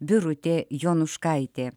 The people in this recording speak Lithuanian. birutė jonuškaitė